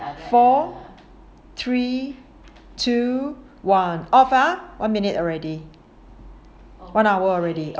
four three two one off ah one minute already one hour already